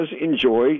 enjoy